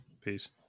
Peace